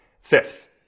Fifth